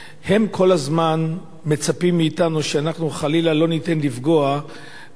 הם כל הזמן מצפים מאתנו שאנחנו חלילה לא ניתן לפגוע בקברים